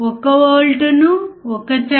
5 వోల్ట్లు ఇప్పుడు 1